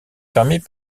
fermée